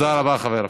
תודה, חבר הכנסת.